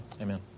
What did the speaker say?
Amen